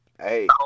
Hey